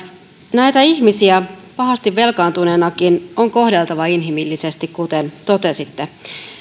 näitä ihmisiä pahasti velkaantuneenakin on kohdeltava inhimillisesti kuten totesitte